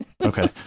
okay